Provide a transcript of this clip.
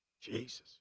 Jesus